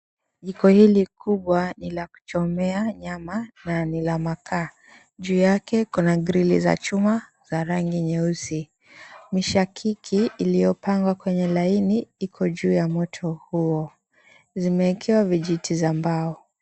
Jiko hili kubwa ni la kuchomea nyama na ni la makaa, juu yake kuna grili za chuma za rangi nyeusi, mishakiki iliyopangwa kwenye laini iko juu ya moto zimeekewa vijiti vya mbao.